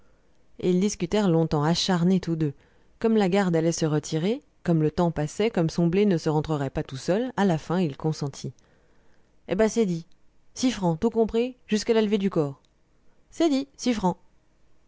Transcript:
ils discutèrent longtemps acharnés tous deux comme la garde allait se retirer comme le temps passait comme son blé ne se rentrerait pas tout seul à la fin il consentit eh ben c'est dit six francs tout compris jusqu'à la l'vée du corps c'est